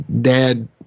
Dad